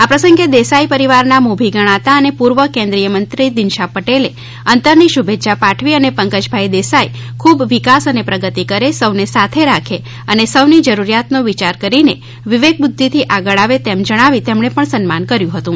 આ પ્રસંગે દેસાઈ પરિવારના મોભી ગણાતા અને પૂર્વ કેન્દ્રિય મંત્રી દિનશા પટેલે અંતરની શુભેચ્છા પાઠવી અને પંકજભાઇ દેસાઇ ખૂબ વિકાસ અને પ્રગતિ કરે સૌને સાથે રાખે અને સૌની જરૂરીયાતનો વિચાર કરીને વિવેક બુદ્ધિથી આગળ આવે તેમ જણાવી તેમ ણે પણ સન્માન કર્યું હતું